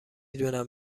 دونم